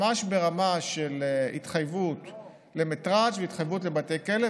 ממש ברמה של התחייבות למטרז' והתחייבות לבתי כלא,